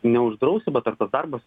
neuždrausi bet ar tas darbas